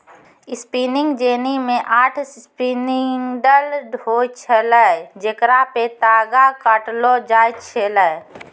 spinning jenny मे आठ spindle होय छलै जेकरा पे तागा काटलो जाय छलै